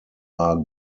are